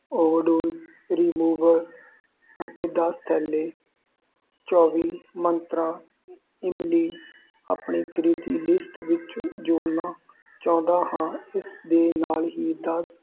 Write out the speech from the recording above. overdose remover ਅਤੇ ਦਸ ਥੈਲੇ ਚੌਵੀ ਮੰਤਰਾ ਇਮਲੀ ਆਪਣੀ ਖਰੀਦੀ ਲਿਸਟ ਵਿੱਚ ਜੋੜਨਾ ਚਾਹੁੰਦਾ ਹਾਂ ਇਸ ਦੇ ਨਾਲ ਹੀ ਦਸ